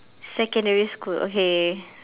secondary school okay